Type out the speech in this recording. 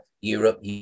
Europe